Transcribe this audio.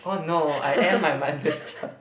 oh no I am my mother's child